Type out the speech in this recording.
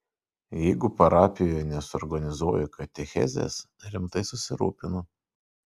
jeigu parapijoje nesuorganizuoju katechezės rimtai susirūpinu